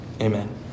amen